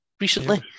recently